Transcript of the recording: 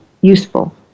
useful